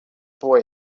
boy